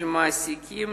של מעסיקים.